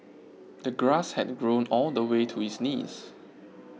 the grass had grown all the way to his knees